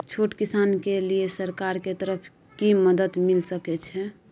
छोट किसान के लिए सरकार के तरफ कि मदद मिल सके छै?